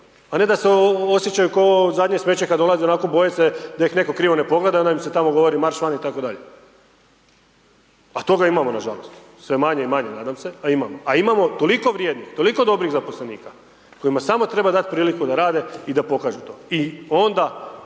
a ne da se osjećaju kao zadnje smeće, kad dolaze onako boje se da ih netko krivo ne pogleda, onda im se tamo govori marš van itd. A toga imamo nažalost, sve manje i manje, nadam se, a imamo. A imamo toliko vrijednih, toliko dobrih zaposlenika kojima samo treba priliku da rade i pokažu to. I onda